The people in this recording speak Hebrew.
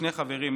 שני חברים,